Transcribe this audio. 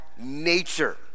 nature